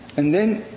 and then,